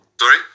Sorry